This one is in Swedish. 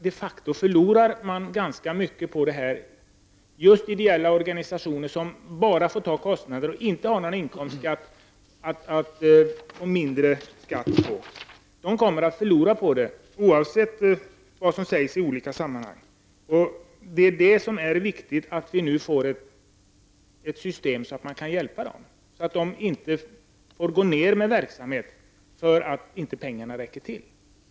De facto förlorar just ideella organisationer ganska mycket på detta, eftersom de bara får ta kostnader och inte har någon inkomstskatt som sänks. De kommer att förlora på omläggningen, oavsett vad som sägs i olika sammanhang. Det är nu viktigt att vi får ett system som gör det möjligt att hjälpa dessa organisationer så att de inte tvingas att gå ned i sin verksamhet på grund av att pengarna inte räcker till.